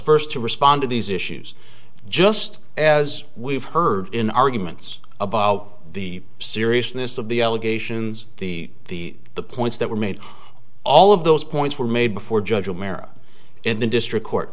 first to respond to these issues just as we've heard in arguments about the seriousness of the allegations the the the points that were made all of those points were made before judge america in the district court